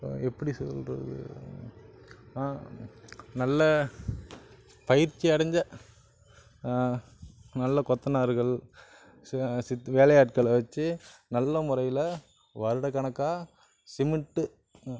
எப்படி சொல்கிறது ஆ நல்ல பயிற்சி அடைஞ்ச நல்ல கொத்தனார்கள் சே சித் வேலை ஆட்களை வச்சி நல்ல முறையில் வருட கணக்காக சிமெண்ட் அ